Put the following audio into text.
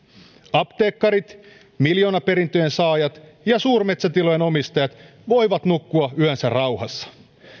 apteekkarit miljoonaperintöjen saajat ja suurmetsätilojen omistajat voivat nukkua yönsä rauhassa